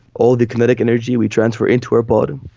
all the kinetic energy we transfer into our pod,